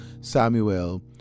Samuel